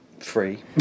Free